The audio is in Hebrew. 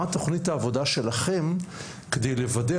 מה תוכנית העבודה שלכם כדי לוודא,